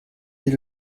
dès